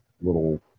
little